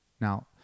Now